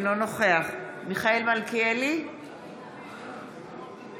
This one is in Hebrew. אינו נוכח מיכאל מלכיאלי, בעד אורי מקלב, נגד